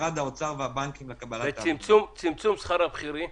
וצמצום שכר הבכירים?